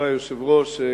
תודה ליושב-ראש.